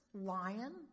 lion